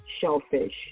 shellfish